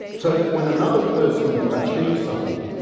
so that when another person achieves something,